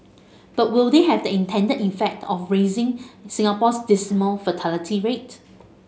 but will they have the intended effect of raising Singapore's dismal fertility rate